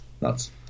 nuts